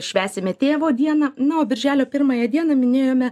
švęsime tėvo dieną na o birželio pirmąją dieną minėjome